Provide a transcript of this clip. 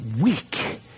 weak